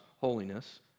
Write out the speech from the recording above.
holiness